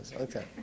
okay